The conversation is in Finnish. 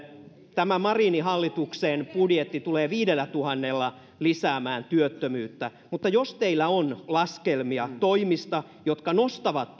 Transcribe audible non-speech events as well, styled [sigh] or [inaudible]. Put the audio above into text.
tämä marinin hallituksen budjetti tulee viidellätuhannella lisäämään työttömyyttä mutta jos teillä on laskelmia toimista jotka nostavat [unintelligible]